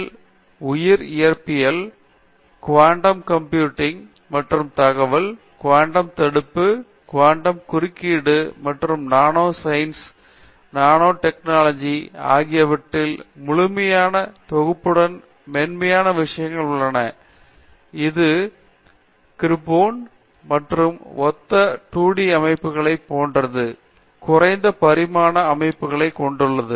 நிர்மலா ஈர்ப்பு அண்டவியல் உயிர் இயற்பியல் குவாண்டம் கம்ப்யூட்டிங் மற்றும் தகவல் குவாண்டம் தடுப்பு குவாண்டம் குறுக்கீடு மற்றும் நானோ சைன்ஸ் நானோடெக்னாலஜி ஆகியவற்றின் முழுமையான தொகுப்புடன் மென்மையான விஷயங்கள் உள்ளன இது கிராபேன் மற்றும் ஒத்த 2D அமைப்புகளைப் போன்ற குறைந்த பரிமாண அமைப்புகளைக் கொண்டுள்ளது